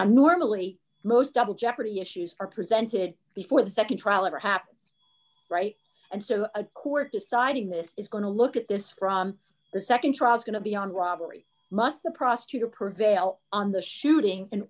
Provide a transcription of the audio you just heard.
the normally most double jeopardy issues are presented before the nd trial ever happens right and so a court deciding this is going to look at this from the nd trial is going to be on robbery must the prosecutor prevail on the shooting in